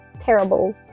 terrible